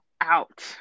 out